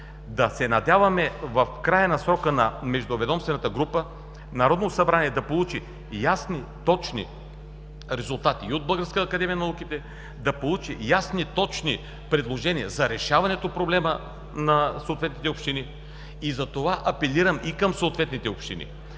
Да се надяваме в края на срока на Междуведомствената група Народното събрание да получи ясни, точни резултати и от Българската академия на науките. Да получи ясни и точни предложения за решаването проблема на съответните общини и затова апелирам и към съответните общини.